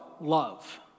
love